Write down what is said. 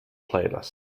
playlist